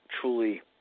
truly